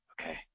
Okay